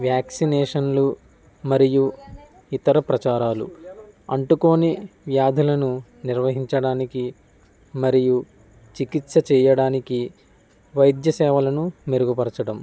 వ్యాక్సినేషన్లు మరియు ఇతర ప్రచారాలు అంటుకోని వ్యాధులను నిర్వహించడానికి మరియు చికిత్స చేయడానికి వైద్య సేవలను మెరుగుపరచడం